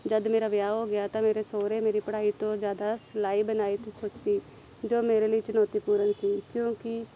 ਜਦੋਂ ਮੇਰਾ ਵਿਆਹ ਹੋ ਗਿਆ ਤਾਂ ਮੇਰੇ ਸਹੁਰੇ ਮੇਰੀ ਪੜ੍ਹਾਈ ਤੋਂ ਜ਼ਿਆਦਾ ਸਿਲਾਈ ਬੁਣਾਈ ਤੋਂ ਖੁਸ਼ ਸੀ ਜੋ ਮੇਰੇ ਲਈ ਚੁਣੌਤੀਪੂਰਨ ਸੀ ਕਿਉਂਕਿ